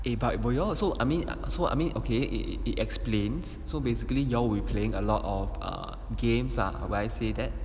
eh but will you all also I mean so I mean okay eh it explains so basically you all will be playing a lot of err games lah will I say that